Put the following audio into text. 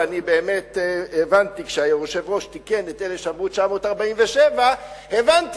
ובאמת כשהיושב-ראש תיקן את אלה שאמרו 947 הבנתי